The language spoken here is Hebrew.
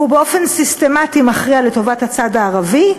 והוא באופן סיסטמטי מכריע לטובת הצד הערבי.